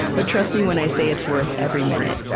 but trust me when i say, it's worth every minute.